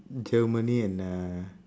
germany and uh